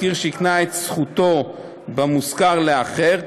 משכיר שהקנה את זכותו במושכר לאחר,